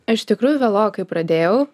iš tikrųjų vėlokai pradėjau